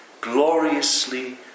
gloriously